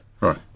Right